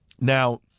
Now